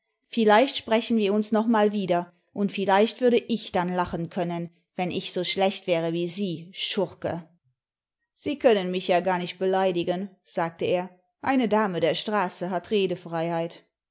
vielleicht sprechen wir uns noch mal wieder und vielleicht würde ich dann lachen können wenn ich so schlecht wäre wie sie schurke sie können mich ja gar nicut beleidigen sagte er eine dame der straße hat redefreiheit